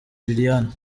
liliane